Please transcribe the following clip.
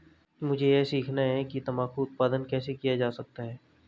मुझे यह सीखना है कि तंबाकू उत्पादन कैसे किया जा सकता है?